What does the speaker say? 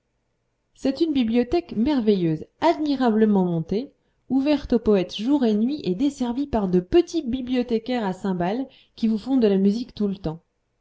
c'est une bibliothèque merveilleuse admirablement montée ouverte aux poètes jour et nuit et desservie par de petits bibliothécaires à cymbales qui vous font de la musique tout le temps